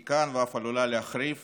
היא כאן ואף עלולה להחריף